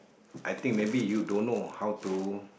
I think maybe you don't know how to